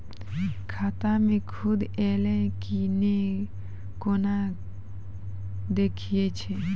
खाता मे सूद एलय की ने कोना देखय छै?